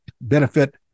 benefit